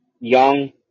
Young